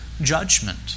judgment